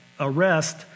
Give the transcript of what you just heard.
Arrest